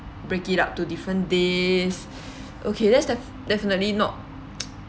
break it up to different days okay that's def~ definitely not